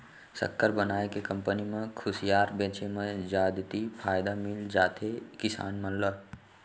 सक्कर बनाए के कंपनी म खुसियार बेचे म जादति फायदा मिल जाथे किसान मन ल